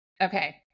okay